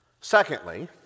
Secondly